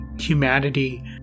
humanity